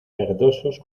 verdosos